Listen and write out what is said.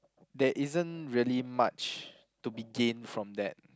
there isn't really much to begin from that